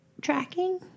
tracking